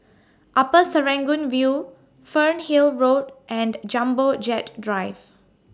Upper Serangoon View Fernhill Road and Jumbo Jet Drive